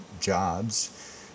jobs